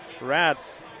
Rats